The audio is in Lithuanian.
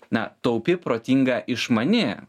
na taupi protinga išmani